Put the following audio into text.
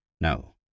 No